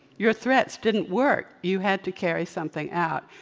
your threats didn't work. you had to carry something out.